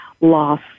loss